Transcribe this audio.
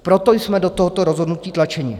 Proto jsme do tohoto rozhodnutí tlačeni.